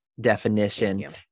definition